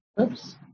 Oops